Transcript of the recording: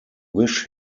wish